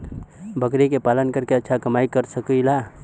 बकरी के पालन करके अच्छा कमाई कर सकीं ला?